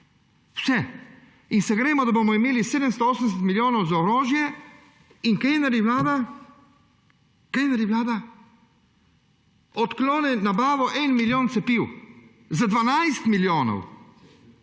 Vse. In se gremo, da bomo imeli 780 milijonov za orožje. In kaj naredi Vlada? Kaj naredi Vlada?! Odkloni nabavo 1 milijona cepiv za 12 milijonov!